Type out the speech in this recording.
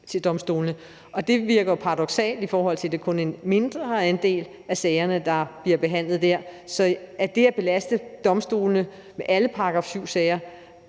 til domstolene, og det virker jo paradoksalt, fordi det kun er en mindre andel af sagerne, der bliver behandlet der. Det at belaste domstolene med alle § 7-sager,